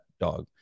dog